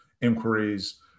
inquiries